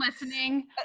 listening